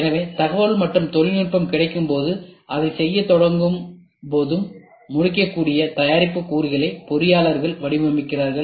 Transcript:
எனவே தகவல் மற்றும் தொழில்நுட்பம் கிடைக்கும்போதும் அதைச் செய்யத் தொடங்கும்போதும் முடிக்கக்கூடிய தயாரிப்புகளின் கூறுகளை பொறியாளர்கள் வடிவமைக்கிறார்கள்